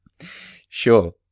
Sure